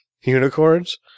Unicorns